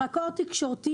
זרקור תקשורתי,